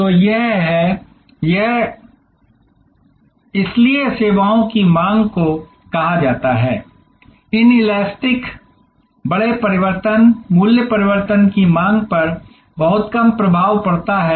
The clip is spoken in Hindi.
तो यह है यह Di इसलिए सेवाओं की मांग को कहा जाता है कि इनलेटस्टिक बड़े परिवर्तन मूल्य परिवर्तन की मांग पर बहुत कम प्रभाव पड़ता है